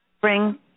bring